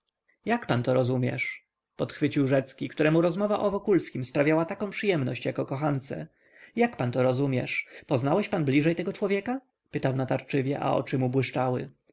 jak pan to rozumiesz pochwycił rzecki któremu rozmowa o wokulskim sprawiała taką przyjemność jak o kochance jak pan to rozumiesz poznałeś pan bliżej tego człowieka pytał natarczywie a oczy